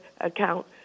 account